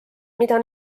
mida